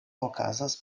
okazas